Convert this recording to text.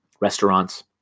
restaurants